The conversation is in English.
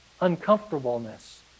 uncomfortableness